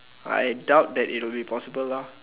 I doubt that it will be possible lah